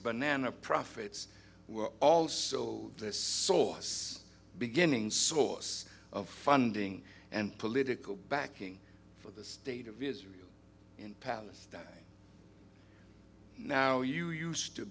banana profits were all sold this sauce beginning source of funding and political backing for the state of israel and palestine now you used to